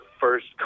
first